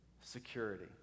security